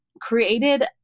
created